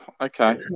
Okay